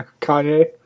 Kanye